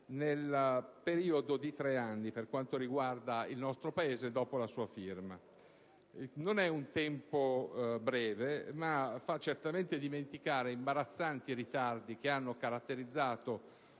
un periodo di tre anni, per quanto riguarda il nostro Paese, dopo la sua firma. Non è un tempo breve, ma fa certamente dimenticare imbarazzanti ritardi che hanno caratterizzato